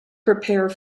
prepare